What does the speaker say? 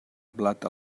blat